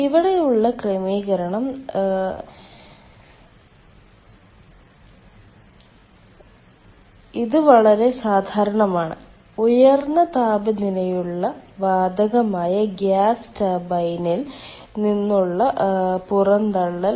ഇവിടെയുള്ള ക്രമീകരണം തിരശ്ചീനമാണ് ഇത് വളരെ സാധാരണമാണ് ഉയർന്ന താപനിലയുള്ള വാതകമായ ഗ്യാസ് ടർബൈനിൽ നിന്നുള്ള പുറന്തള്ളൽ